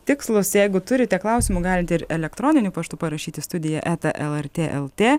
tikslūs jeigu turite klausimų galite ir elektroniniu paštu parašyti studija eta lrt lt